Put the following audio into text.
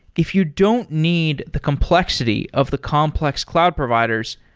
if you don't need the complexity of the complex cloud providers,